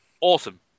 awesome